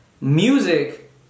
Music